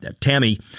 Tammy